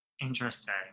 Interesting